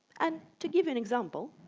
and to give an example,